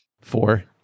Four